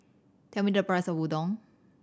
tell me the price of Udon